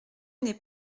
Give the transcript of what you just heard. n’est